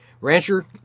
Rancher